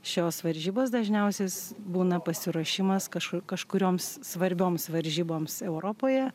šios varžybos dažniausiais būna pasiruošimas kašu kažkurioms svarbioms varžyboms europoje